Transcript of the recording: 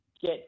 get